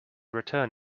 return